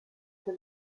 for